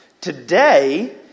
Today